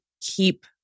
keep